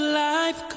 life